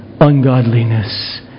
ungodliness